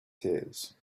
tears